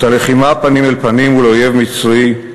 את הלחימה פנים אל פנים מול אויב מצרי,